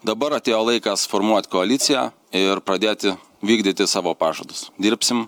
dabar atėjo laikas formuot koaliciją ir pradėti vykdyti savo pažadus dirbsim